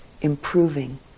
improving